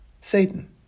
Satan